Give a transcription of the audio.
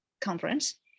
Conference